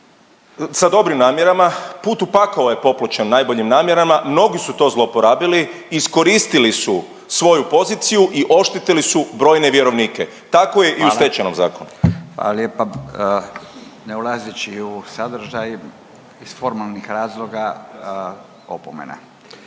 sa dobrim namjerama, put u pakao je popločen najboljim namjerama, mnogi su to zlouporabili, iskoristili su svoju poziciju i oštetili su brojne vjerovnike. Tako je i u …/Upadica Radin: Hvala./… Stečajnom zakonu. **Radin, Furio (Nezavisni)** Hvala lijepa. Ne ulazeći u sadržaj, iz formalnih razloga opomena.